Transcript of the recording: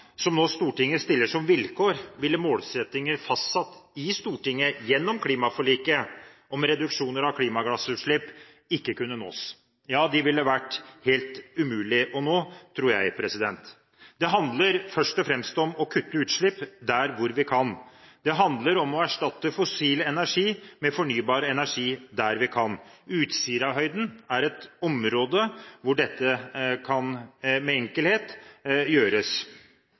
som nå Stortinget stiller som vilkår, ville målsettinger fastsatt i Stortinget gjennom klimaforliket om reduksjoner av klimagassutslipp ikke kunne nås – ja, de ville vært helt umulig å nå, tror jeg. Det handler først og fremst om å kutte utslipp der vi kan. Det handler om å erstatte fossil energi med fornybar energi der vi kan. Utsirahøyden er et område hvor dette med enkelhet kan gjøres.